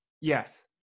yes